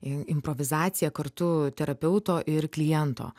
im improvizacija kartu terapeuto ir kliento